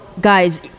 guys